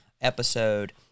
episode